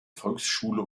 volksschule